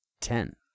Ten